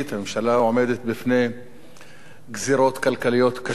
הממשלה עומדת בפני גזירות כלכליות קשות,